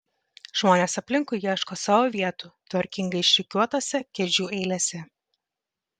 žmonės aplinkui ieško savo vietų tvarkingai išrikiuotose kėdžių eilėse